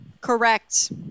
Correct